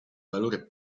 valore